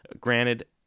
Granted